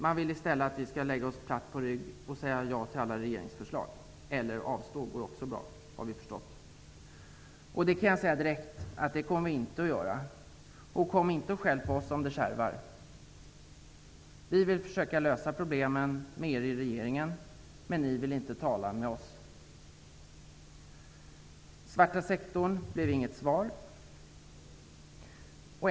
Man vill i stället att vi skall lägga oss platt på rygg och säga ja till alla regeringsförslag. Avstå går också bra, har vi förstått. Jag kan säga direkt att vi inte kommer att lägga oss. Och kom inte och skäll på oss, om det kärvar! Vi vill försöka lösa problemen med er i regeringen, men ni vill inte tala med oss. På min fråga om svarta sektorn blev det inget svar.